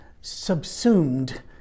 subsumed